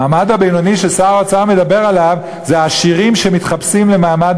המעמד הבינוני ששר האוצר מדבר עליו זה העשירים שמתחפשים למעמד